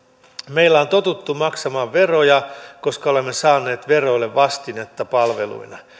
meillä on totuttu maksamaan veroja koska olemme saaneet veroille vastinetta palveluina